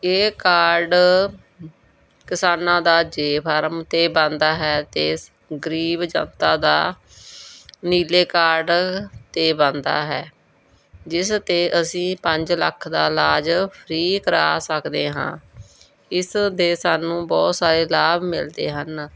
ਇਹ ਕਾਰਡ ਕਿਸਾਨਾਂ ਦਾ ਜੇ ਫਾਰਮ 'ਤੇ ਬਣਦਾ ਹੈ ਅਤੇ ਗਰੀਬ ਜਨਤਾ ਦਾ ਨੀਲੇ ਕਾਰਡ 'ਤੇ ਬਣਦਾ ਹੈ ਜਿਸ 'ਤੇ ਅਸੀਂ ਪੰਜ ਲੱਖ ਦਾ ਇਲਾਜ ਫਰੀ ਕਰਾ ਸਕਦੇ ਹਾਂ ਇਸ ਦੇ ਸਾਨੂੰ ਬਹੁਤ ਸਾਰੇ ਲਾਭ ਮਿਲਦੇ ਹਨ